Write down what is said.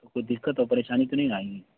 تو کوئی دقت اور پریشانی تو نہیں نہ آئے گی